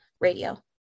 radio